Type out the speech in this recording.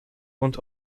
und